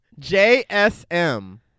JSM